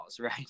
right